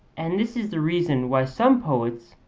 and this is the reason why some poets,